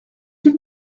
type